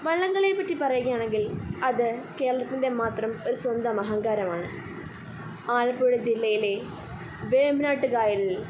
വള്ളം കളിയെപ്പറ്റി പറയുകയാണെങ്കിൽ അത് കേരളത്തിൻ്റെ മാത്രം ഒരു സ്വന്തം അഹങ്കാരമാണ് ആലപ്പുഴ ജില്ലയിലെ വേമ്പനാട്ട് കായലിൽ